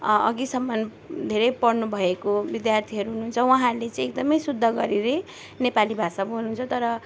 अघिसम्म धेरै पढ्नु भएको विद्यार्थीहरू हुनुहुन्छ उहाँहरूले चाहिँ एकदमै शुद्ध गरेरै नेपाली भाषा बोल्नुहुन्छ तर